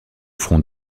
front